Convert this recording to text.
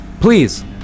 Please